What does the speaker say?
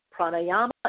pranayama